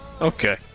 okay